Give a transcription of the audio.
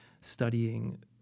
studying